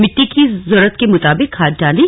मिट्टी की जरूरत के मुताबिक खाद डाली